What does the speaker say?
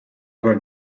were